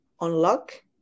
unlock